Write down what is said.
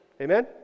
Amen